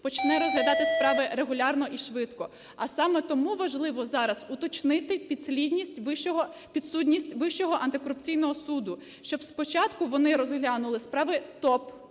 почне розглядати справи регулярно і швидко. А саме тому важливо зараз уточнити підсудність Вищого антикорупційного суду, щоб спочатку вони розглянули справи